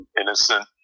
innocent